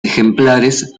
ejemplares